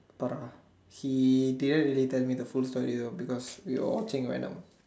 pariah he didn't really tell me the full story you know because we were watching venom